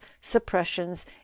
suppressions